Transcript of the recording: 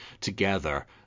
together